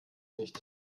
nicht